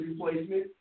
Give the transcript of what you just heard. replacement